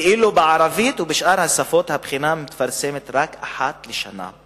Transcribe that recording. ואילו בערבית ובשאר השפות הבחינה מתפרסמת רק אחת לשנה.